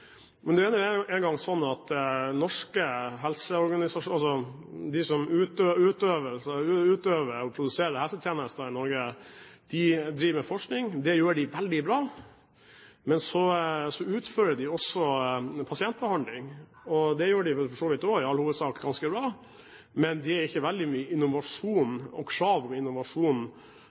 men det er nå en gang sånn at de som utøver og produserer helsetjenester i Norge, driver med forskning. Det gjør de veldig bra. Så utfører de også pasientbehandling, og det gjør de vel for så vidt også i all hovedsak ganske bra, men det er ikke veldig mye innovasjon og krav om innovasjon